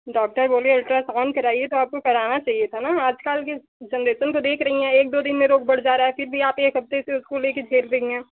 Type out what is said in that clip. doctor बोले ultrasound कराइए तो आपको कराना चाहिए था न आज काल की जेनरेशन को देख रही हैं एक दो दिन में रोग बढ़ जा रहा है फिर भी आप एक हफ़्ते से उसको ले कर झेल रही हैं